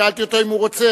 שאלתי אותו אם הוא רוצה.